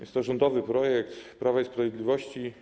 Jest to rządowy program Prawa i Sprawiedliwości.